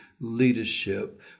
leadership